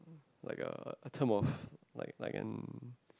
like a a term of like like an